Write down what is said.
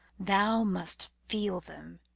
thou must feel them,